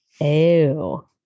Ew